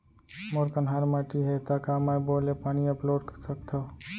मोर कन्हार माटी हे, त का मैं बोर ले पानी अपलोड सकथव?